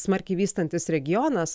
smarkiai vystantis regionas